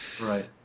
Right